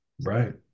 Right